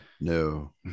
no